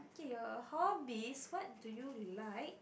K your hobbies what do you like